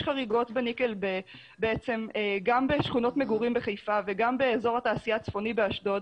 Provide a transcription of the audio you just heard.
יש חריגות גם בשכונות מגורים בחיפה וגם באזור התעשייה הצפוני באשדוד,